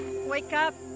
wake up.